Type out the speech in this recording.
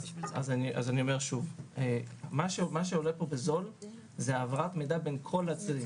מה שעולה פה בזול זה העברת מידע בין כל הצדדים.